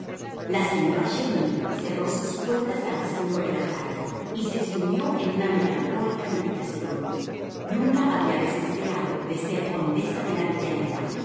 la señora chermidy cerró sus puertas a las cinco de la tarde y se sumió en una melancólica meditación nunca había desesperado de ser condesa de la villanera